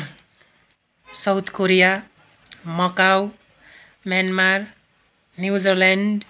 south Korea Macau Myanmar New Zealand